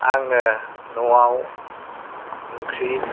आङो न'आव ओंख्रि